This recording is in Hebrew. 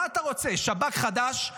מה אתה רוצה, שב"כ חדש?